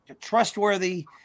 trustworthy